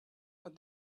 but